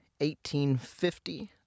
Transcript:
1850